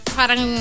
parang